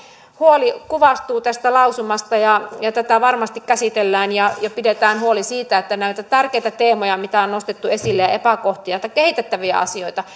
huoli kuvastuu tästä lausumasta ja ja tätä varmasti käsitellään ja pidetään huoli siitä että näitä tärkeitä teemoja mitä on nostettu esille epäkohtia kehitettäviä asioita